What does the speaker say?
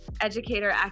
educator